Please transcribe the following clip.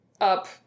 up